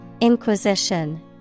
Inquisition